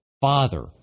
father